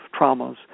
traumas